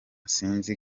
sinzi